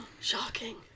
Shocking